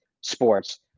sports